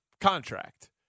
contract